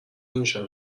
نمیشن